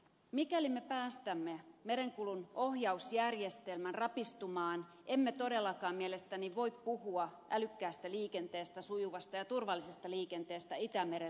mikäli me päästämme merenkulun ohjausjärjestelmän rapistumaan emme todellakaan mielestäni voi puhua älykkäästä liikenteestä sujuvasta ja turvallisesta liikenteestä itämerellä